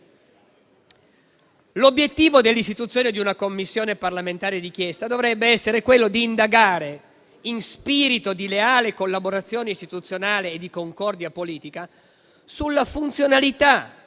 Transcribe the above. L'obiettivo dell'istituzione di una Commissione parlamentare di inchiesta dovrebbe essere quello di indagare, in spirito di leale collaborazione istituzionale e di concordia politica, sulla funzionalità